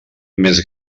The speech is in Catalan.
més